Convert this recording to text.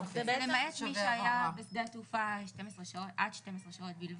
למעט מי שהיה בשדה התעופה עד 12 שעות בלבד.